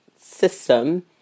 system